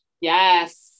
Yes